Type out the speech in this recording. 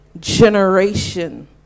generation